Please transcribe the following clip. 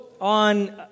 on